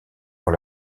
pour